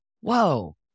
Whoa